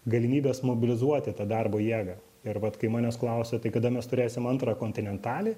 galimybės mobilizuoti tą darbo jėgą ir vat kai manęs klausia tai kada mes turėsim antrą kontinentalį